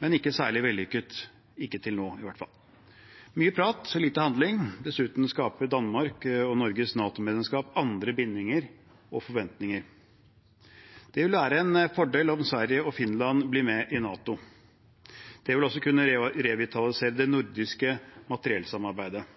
men ikke særlig vellykket, ikke til nå, i hvert fall. Det er mye prat og lite handling, dessuten skaper Danmark og Norges NATO-medlemskap andre bindinger og forventninger. Det vil være en fordel om Sverige og Finland blir med i NATO. Det vil også kunne revitalisere det nordiske materiellsamarbeidet.